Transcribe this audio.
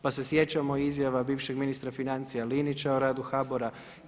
Pa se sjećamo i izjava bivšeg ministra financija Linića o radu HBOR-a.